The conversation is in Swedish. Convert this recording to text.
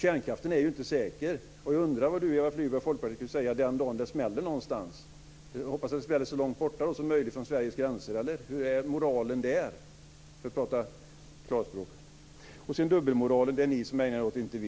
Kärnkraften är ju inte säker. Jag undrar vad Eva Flyborg och Folkpartiet säger den dag det smäller någonstans. Vi får väl hoppas att det smäller så långt borta som möjligt från Sveriges gränser - hur är moralen där för att prata klarspråk? Dubbelmoralen är det ni som ägnar er åt och inte vi.